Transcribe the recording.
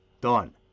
Done